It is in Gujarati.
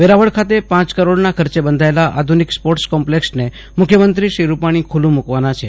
વેરાવળ ખાતે પાંચ કરોડના ખર્ચે બંધાયેલા આધુનિક સ્પોર્ટસ કોમ્પલેક્સને મુખ્યમંત્રી રૂપાણી ખુલ્લુ મુકવાના છે